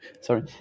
Sorry